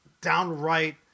downright